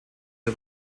der